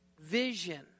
vision